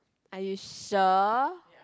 are you sure